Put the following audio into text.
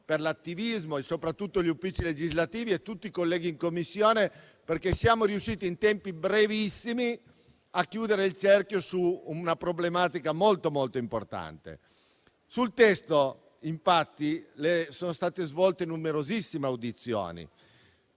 per l'attivismo, e soprattutto gli uffici legislativi e tutti i colleghi in Commissione, perché siamo riusciti, in tempi brevissimi, a chiudere il cerchio su una problematica molto importante. Sul testo sono state svolte numerosissime audizioni